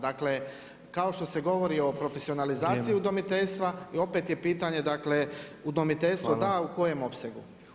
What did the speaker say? Dakle, kao što se govori o profesionalizaciji udomiteljstva i opet je pitanje, dakle udomiteljstvo da u kojem opsegu.